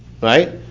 Right